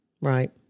right